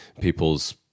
people's